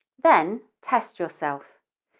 then, test yourself.